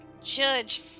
Judge